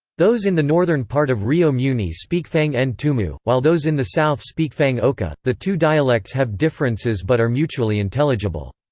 those in the northern part of rio muni speak fang-ntumu, while those in the south speak fang-okah the two dialects have differences but are mutually intelligible.